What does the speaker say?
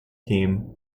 team